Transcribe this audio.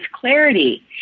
clarity